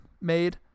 made